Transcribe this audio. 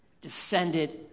descended